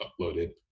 uploaded